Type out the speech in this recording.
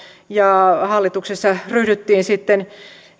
ja hallituksessa ryhdyttiin sitten